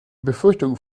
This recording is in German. befürchtung